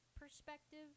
perspective